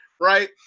right